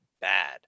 bad